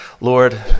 Lord